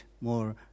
more